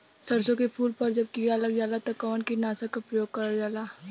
सरसो के फूल पर जब किड़ा लग जाला त कवन कीटनाशक क प्रयोग करल जाला?